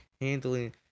handling